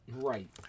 Right